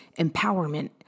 empowerment